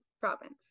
province